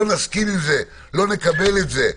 לא נסכים עם זה, לא נקבל את זה.